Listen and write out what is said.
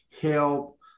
help